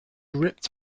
ripped